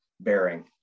bearing